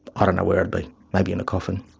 ah don't know where i'd be, maybe in a coffin.